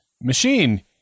machine